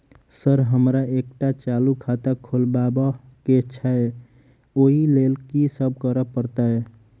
Sir हमरा एकटा चालू खाता खोलबाबह केँ छै ओई लेल की सब करऽ परतै?